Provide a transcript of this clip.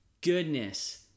goodness